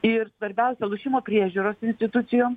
ir svarbiausia lošimo priežiūros institucijom